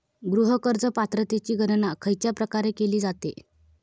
गृह कर्ज पात्रतेची गणना खयच्या प्रकारे केली जाते?